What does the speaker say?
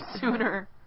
sooner